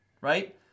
right